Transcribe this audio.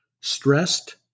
stressed